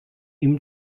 ihm